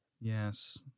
yes